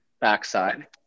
backside